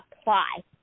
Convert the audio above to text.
apply